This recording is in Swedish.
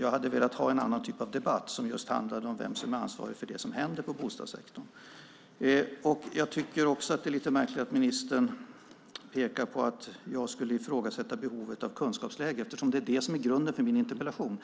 Jag hade velat ha en annan typ av debatt som just handlar om vem som är ansvarig för det som händer i bostadssektorn. Det är också lite märkligt att ministern pekar på att jag skulle ifrågasätta behovet av ett bättre kunskapsläge eftersom det är det som är grunden för min interpellation.